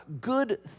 good